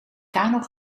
kano